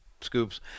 scoops